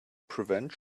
prevent